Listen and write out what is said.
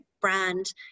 brand